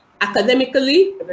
academically